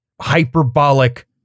hyperbolic